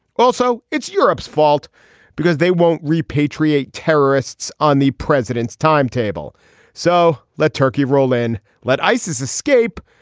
also it's europe's fault because they won't repatriate terrorists on the president's timetable so let turkey roll in let isis escape.